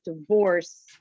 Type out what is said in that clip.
divorce